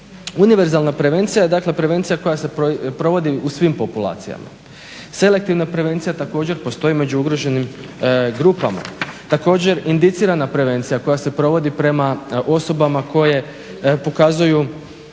Univerzalan prevencija je dakle prevencija koja se provodi u svim populacijama. Selektivna prevencija također postoji među ugroženim grupama, također indicirana prevencija koja se provodi prema osobama koje pokazuju